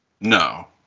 No